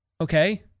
okay